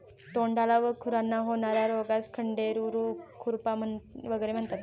तोंडाला व खुरांना होणार्या रोगास खंडेरू, खुरपा वगैरे म्हणतात